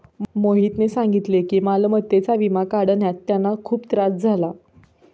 मोहितने सांगितले की मालमत्तेचा विमा काढण्यात त्यांना खूप त्रास झाला